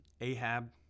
Ahab